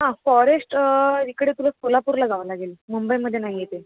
हां फॉरेश्ट इकडे तुला सोलापूरला जावं लागेल मुंबईमध्ये नाही आहे ते